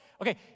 Okay